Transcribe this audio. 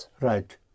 Right